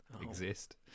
exist